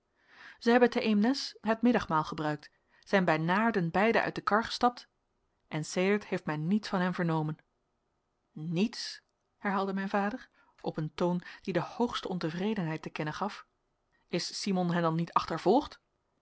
zij hebben te eenmes het middagmaal gebruikt zijn bij naarden beiden uit de kar gestapt en sedert heeft men niets van hen vernomen niets herhaalde mijn vader op een toon die de hoogste ontevredenheid te kennen gaf is simon hen dan niet achtervolgd